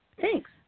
Thanks